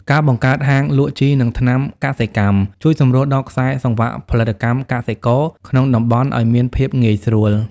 ការបង្កើត "ហាងលក់ជី និងថ្នាំកសិកម្ម" ជួយសម្រួលដល់ខ្សែសង្វាក់ផលិតកម្មកសិករក្នុងតំបន់ឱ្យមានភាពងាយស្រួល។